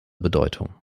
bedeutung